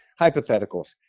hypotheticals